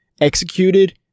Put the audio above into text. executed